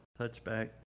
touchback